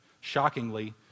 Shockingly